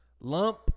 lump